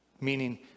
Meaning